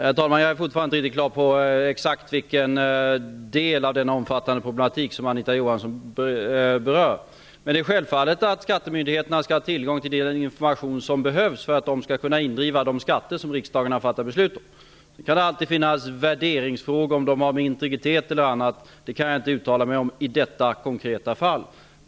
Herr talman! Jag är fortfarande inte riktigt klar över exakt vilken del av den omfattande problematiken som Anita Johansson berör. Självfallet skall skattemyndigheterna ha tillgång till den information som behövs för att kunna indriva de skatter som riksdagen har fattat beslut om. Det kan alltid finnas värderingsfrågor, som har med integritet och annat att göra. Det kan jag inte uttala mig om i detta konkreta fall.